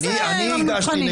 איך זה במבחנים?